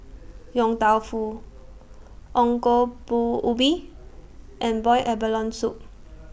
Yong Tau Foo Ongol Ubi and boiled abalone Soup